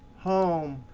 home,